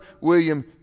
William